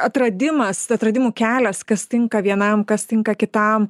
atradimas atradimų kelias kas tinka vienam kas tinka kitam